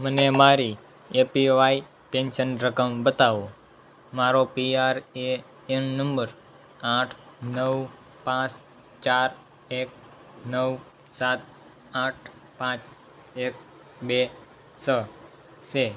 મને મારી A P Y pension રકમ બતાવો મારો P R A N number આઠ નવ પાંચ ચાર એક નવ સાત આઠ પાંચ એક બે છ છે